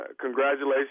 Congratulations